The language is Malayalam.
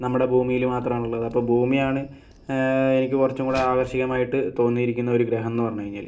നമ്മുടെ ഭൂമിയില് മാത്രമാണുള്ളത് അപ്പോൾ ഭൂമിയാണ് എനിക്ക് കുറച്ചും കൂടെ ആകർഷികമായിട്ട് തോന്നിയിരിക്കുന്ന ഒരു ഗ്രഹം എന്ന് പറഞ്ഞു കഴിഞ്ഞാല്